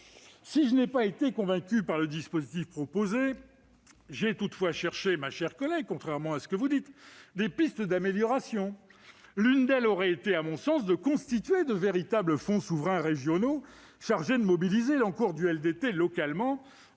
Si je n'ai pas été convaincu par le dispositif proposé, j'ai toutefois cherché, ma chère collègue, des pistes d'amélioration. L'une d'elles aurait été, à mon sens, de constituer de véritables fonds souverains régionaux chargés de mobiliser l'encours du LDT localement,